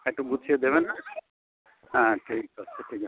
একটু গুছিয়ে দেবেন হ্যাঁ ঠিক আছে ঠিক আছে